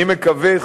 אני מקווה,